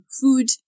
food